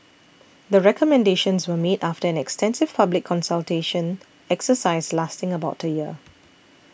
the recommendations were made after an extensive public consultation exercise lasting about a year